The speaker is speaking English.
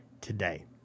today